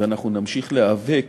ואנחנו נמשיך להיאבק